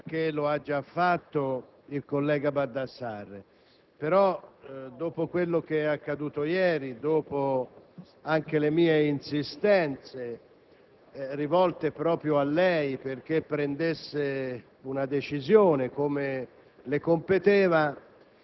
Presidente, non intervengo nel merito perché l'ha già fatto il collega Baldassarri, però, dopo quanto è accaduto ieri e anche dopo le mie insistenze,